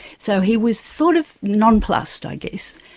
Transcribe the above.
so he was sort of nonplussed i guess.